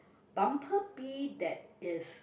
bumblebee that is